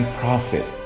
profit